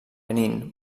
benín